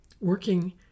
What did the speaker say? working